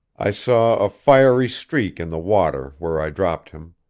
i saw a fiery streak in the water where i dropped him.